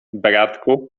bratku